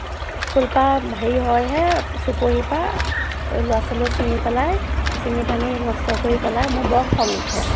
ফুলপাহ হেৰি হয় হে চুপহি পৰা ল'ৰা ছোৱালীয়ে চিঙি পেলাই চিঙি ভাঙি নষ্ট কৰি পেলাই মোৰ বৰ খঙ উঠে